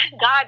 God